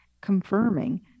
confirming